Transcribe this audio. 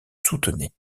soutenait